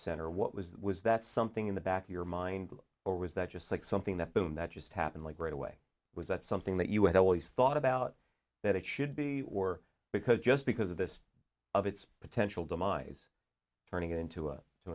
center what was was that something in the back of your mind or was that just like something that boom that just happened right away was that something that you had always thought about that it should be or because just because of this of its potential demise turning into up to